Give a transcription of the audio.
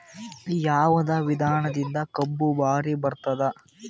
ಯಾವದ ವಿಧಾನದಿಂದ ಕಬ್ಬು ಭಾರಿ ಬರತ್ತಾದ?